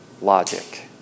logic